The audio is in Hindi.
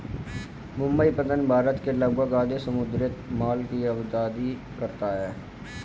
मुंबई पत्तन भारत के लगभग आधे समुद्री माल की आवाजाही करता है